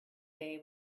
day